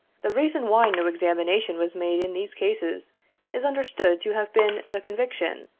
the reason why no examination was made in these cases is understood to have been the conviction,